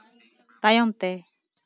ᱛᱟᱭᱚᱢ ᱛᱮ